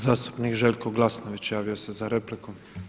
Zastupnik Željko Glasnović javio se za repliku.